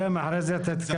מבחינת תוספת